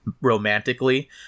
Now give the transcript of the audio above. romantically